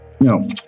No